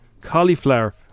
cauliflower